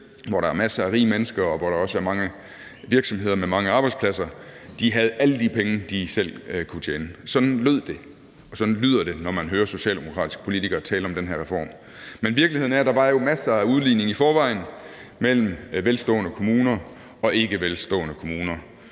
hvor der er masser af rige mennesker, og hvor der også er mange virksomheder med mange arbejdspladser, havde alle de penge, de selv kunne tjene. Sådan lød det, og sådan lyder det, når man hører socialdemokratiske politikere tale om den her reform. Men virkeligheden er, at der var masser af udligning i forvejen mellem velstående kommuner og ikkevelstående kommuner.